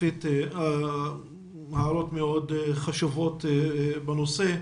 הערות מאוד חשובות בנושא.